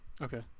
Okay